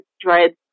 dreads